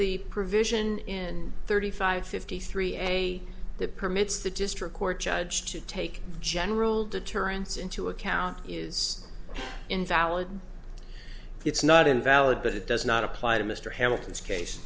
the provision in thirty five fifty three and i that permits the district court judge to take general deterrence into account is invalid it's not invalid but it does not apply to mr hamilton's case